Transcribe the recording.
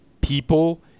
people